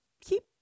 keep